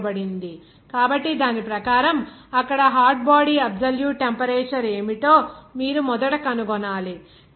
81 ఇవ్వబడింది కాబట్టి దాని ప్రకారం అక్కడ హాట్ బాడీ అబ్సొల్యూట్ టెంపరేచర్ ఏమిటో మీరు మొదట కనుగొనాలి